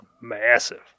massive